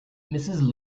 mrs